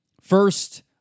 First